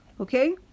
Okay